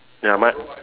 ya mine